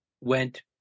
went